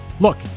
Look